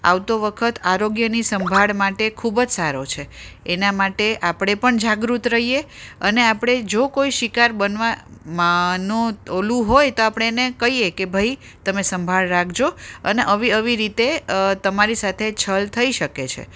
આવતો વખત આરોગ્યની સંભાળ માટે ખૂબ જ સારો છે એના માટે આપણે પણ જાગૃત રહીએ અને આપણે જો કોઈ શિકાર બનવામાંનો ઓલું હોય તો આપણે એને કહીએ કે ભાઈ તમે સંભાળ રાખજો અને આવી આવી રીતે તમારી સાથે છલ થઈ શકે છે